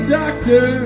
doctor